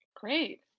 Great